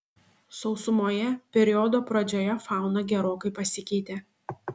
sausumoje periodo pradžioje fauna gerokai pasikeitė